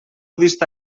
dista